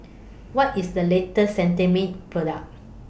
What IS The latest Cetrimide Product